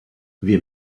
wir